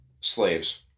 slaves